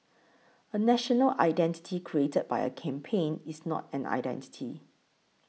a national identity created by a campaign is not an identity